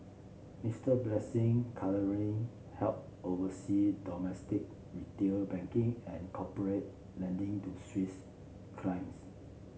Mister Blessing help oversee domestic retail banking and corporate lending to Swiss clients